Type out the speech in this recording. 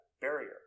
barrier